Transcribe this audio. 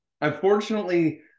unfortunately